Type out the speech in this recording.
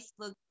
facebook